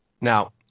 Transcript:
Now